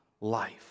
life